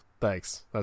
Thanks